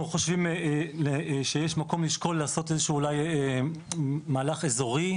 אנחנו חושבים שיש מקום לשקול לעשות אולי איזה שהוא מהלך אזורי.